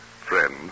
friend